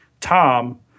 Tom